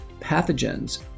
pathogens